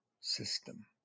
system